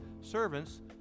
servants